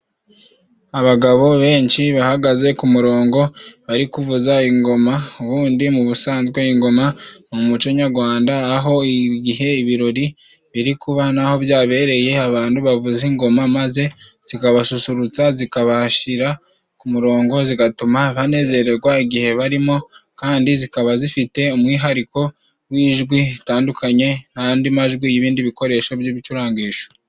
Abagabo benshi bahagaze ku murongo bari kuvuza ingoma. Ubundi mu busanzwe ingoma mu muco nyarwanda, aho igihe ibirori biri kuba, n'aho byabereye abantu bavuza ingoma maze zikabasusurutsa, zikabashira ku murongo, zigatuma banezererwa igihe barimo. Kandi zikaba zifite umwihariko w'ijwi ritandukanye n'andi majwi y'ibindi bikoresho by'ibicurangisho.